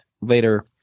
later